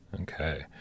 Okay